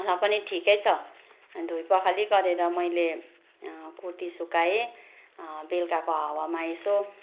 र पनि ठिकै छ धोई पखाली गरेर मैले कुर्ती सुकाएँ बेलुकाको हावामा यसो